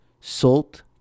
Salt